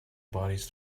bodies